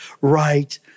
right